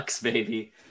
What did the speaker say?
baby